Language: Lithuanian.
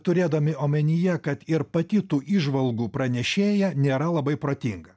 turėdami omenyje kad ir pati tų įžvalgų pranešėja nėra labai protinga